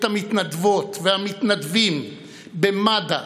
את המתנדבות והמתנדבים במד"א,